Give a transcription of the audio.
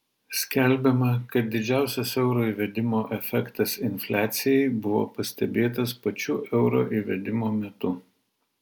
skelbiama kad didžiausias euro įvedimo efektas infliacijai buvo pastebėtas pačiu euro įvedimo metu